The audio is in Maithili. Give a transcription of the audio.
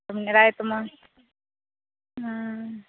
रातिमे हँ